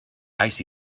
icy